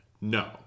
No